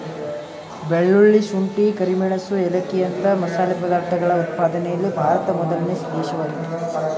ಬೆಳ್ಳುಳ್ಳಿ, ಶುಂಠಿ, ಕರಿಮೆಣಸು ಏಲಕ್ಕಿಯಂತ ಮಸಾಲೆ ಪದಾರ್ಥಗಳ ಉತ್ಪಾದನೆಯಲ್ಲಿ ಭಾರತ ಮೊದಲನೇ ದೇಶವಾಗಿದೆ